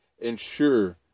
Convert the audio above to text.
Ensure